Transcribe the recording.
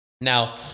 Now